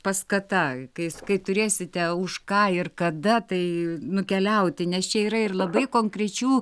paskata kai s kai turėsite už ką ir kada tai nukeliauti nes čia yra ir labai konkrečių